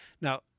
Now